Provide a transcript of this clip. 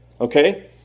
Okay